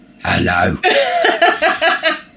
hello